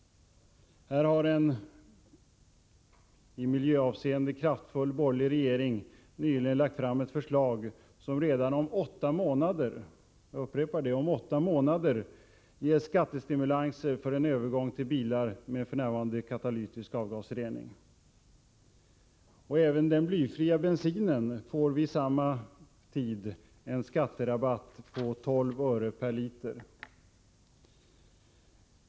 Där har en i miljöavseende kraftfull borgerlig regeringen nyligen lagt fram ett förslag som redan om åtta månader — jag upprepar: om åtta månader — ger skattestimulanser för en övergång till bilar med katalytisk avgasrening. Den blyfria bensinen får vid samma tid en skatterabatt på 12 öre per liter.